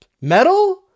metal